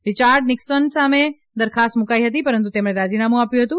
રિયાર્ડ Nixon સામે દરખાસ્ત મૂકાઇ હતી પરંતુ તેમણે રાજીનામું આપ્યું હતું